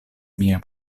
mia